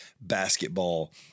basketball